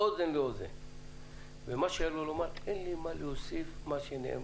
הוא אמר: אין לי מה להוסיף על מה שנאמר